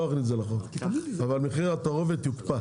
אבל מחיר התערובת יוקפא,